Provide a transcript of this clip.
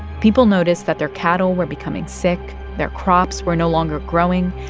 people noticed that their cattle were becoming sick, their crops were no longer growing,